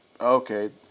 Okay